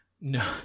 No